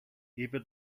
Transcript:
είπε